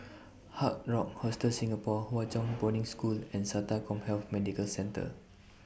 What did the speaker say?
Hard Rock Hostel Singapore Hwa Chong Boarding School and Sata Commhealth Medical Centre